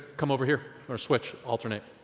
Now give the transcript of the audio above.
come over here or switch, alternate.